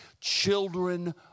Children